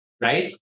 right